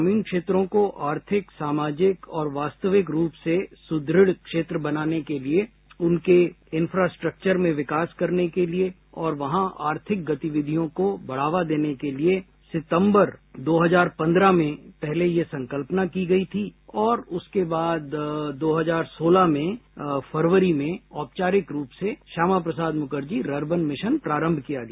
ग्रामीण क्षेत्रों को आर्थिक सामाजिक और वास्तविक रूप से सुदृढ़ क्षेत्र बनाने के लिए उनके इन्फ्रास्ट्रक्चर में विकास करने के लिए और वहां आर्थिक गतिविधियों को बढ़ावा देने के लिए सितंबर दो हजार पन्द्रह में पहले यह संकल्पना की गई थी और उसके बाद दो हजार सोलह में फरवरी में औपचारिक रूप से श्यामा प्रसाद मुखर्जी ररबन मिशन प्रारंभ किया गया